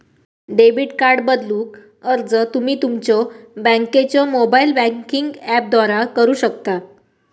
debit card बदलूक अर्ज तुम्ही तुमच्यो बँकेच्यो मोबाइल बँकिंग ऍपद्वारा करू शकता